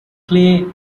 clay